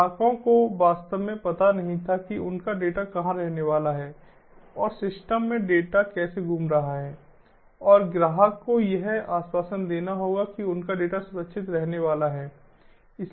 ग्राहकों को वास्तव में पता नहीं था कि उनका डेटा कहां रहने वाला है और सिस्टम में डेटा कैसे घूम रहा है और ग्राहक को यह आश्वासन देना होगा कि उनका डेटा सुरक्षित रहने वाला है